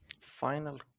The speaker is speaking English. final